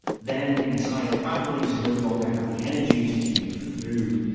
then, entire families no longer had the energy to queue for food,